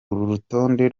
urutonde